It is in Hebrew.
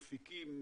מפיקים,